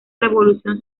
revolución